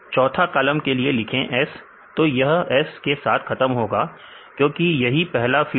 चौथा कॉलम के लिए लिखिए S तो यह S के साथ खत्म होगा क्योंकि यही पहला फील्ड है